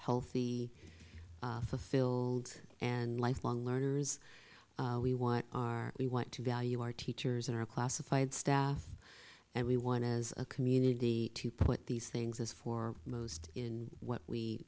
healthy fulfilled and lifelong learners we want our we want to value our teachers and our classified staff and we want as a community to put these things as for most in what we